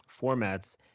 formats